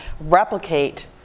replicate